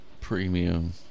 Premium